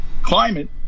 Climate